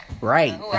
Right